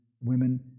women